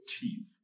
teeth